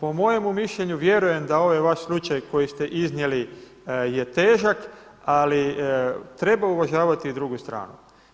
Po mojemu mišljenju vjerujem da ovaj vaš slučaj koji ste iznijeli je težak, ali treba uvažavati i drugu stranu.